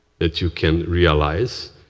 that you can realize.